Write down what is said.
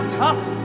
tough